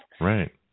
Right